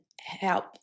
help